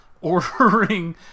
ordering